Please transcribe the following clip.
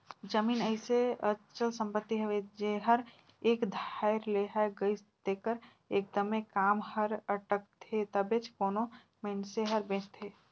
जमीन अइसे अचल संपत्ति हवे जेहर एक धाएर लेहाए गइस तेकर एकदमे काम हर अटकथे तबेच कोनो मइनसे हर बेंचथे